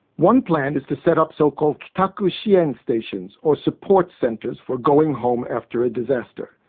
one plan is to set up so-called kitaku shien stations, or support centres for going home after a disaster.